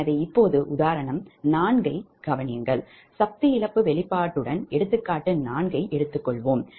எனவே இப்போது உதாரணம் 4 ஐக் கவனியுங்கள் சக்தி இழப்பு வெளிப்பாட்டுடன் எடுத்துக்காட்டு 4 ஐ எடுத்துக்கொள்வோம்